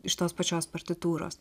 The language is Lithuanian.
iš tos pačios partitūros